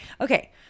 Okay